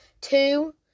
Two